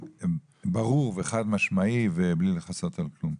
ברור וחד משמעתי ובלי לכסות על כלום.